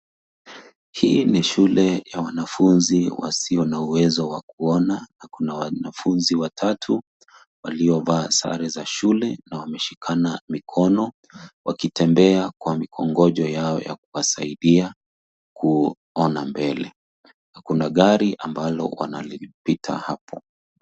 Hii ni shule ya wanafunzi wasio na uwezo wa kuona. Na kuna wanafunzi watatu waliovaa sare za shule, na wameshikana mikono wakitembea kwa mikongonjo yao ya kuwasaidia kuona mbele. Na kuna gari ambalo wanalipita hapo.